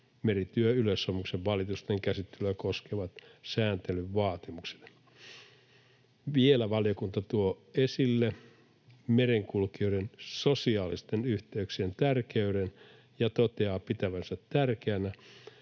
merityöyleissopimuksen valitusten käsittelyä koskevan sääntelyn vaatimukset. Vielä valiokunta tuo esille merenkulkijoiden sosiaalisten yhteyksien tärkeyden ja toteaa pitävänsä tärkeänä,